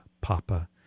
Papa